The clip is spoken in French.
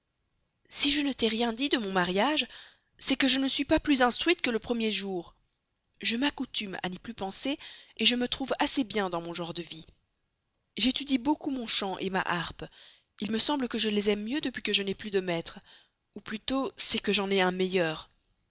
si je ne t'ai rien dit de mon mariage c'est que je ne suis pas plus instruite que le premier jour je m'accoutume à n'y plus penser et je me trouve assez bien de mon genre de vie j'étudie beaucoup mon chant ma harpe il me semble que je les aime mieux depuis que je n'ai plus de maître ou plutôt c'est que j'en ai un meilleur